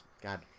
God